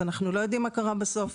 אנחנו לא יודעים מה קרה בסוף.